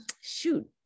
shoot